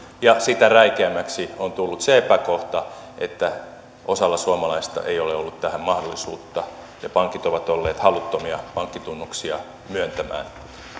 ja sitä räikeämmäksi on tullut se epäkohta että osalla suomalaisista ei ole ollut tähän mahdollisuutta ja pankit ovat olleet haluttomia pankkitunnuksia myöntämään